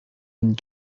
and